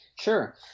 Sure